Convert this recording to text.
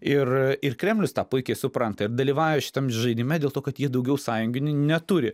ir ir kremlius tą puikiai supranta ir dalyvauja šitam žaidime dėl to kad jie daugiau sąjungini neturi